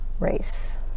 race